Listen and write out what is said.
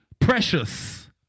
Precious